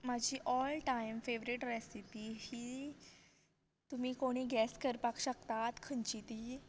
म्हजी all time favourite recipe ही तुमी कोणी गॅस करपाक शकतात खंयची ती